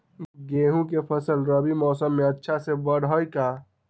गेंहू के फ़सल रबी मौसम में अच्छे से बढ़ हई का?